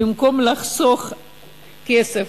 במקום לחסוך כסף,